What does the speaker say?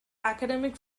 academic